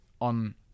on